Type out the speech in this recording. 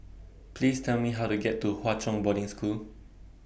Please Tell Me How to get to Hwa Chong Boarding School